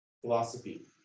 philosophy